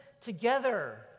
together